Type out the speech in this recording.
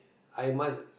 I must